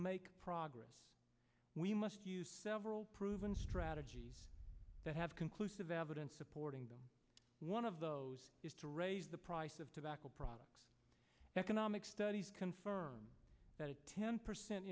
make progress we must use several proven strategies that have conclusive evidence supporting them one of those is to raise the price of tobacco products economic studies confirm that a ten percent